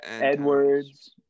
Edwards